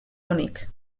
onik